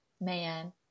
man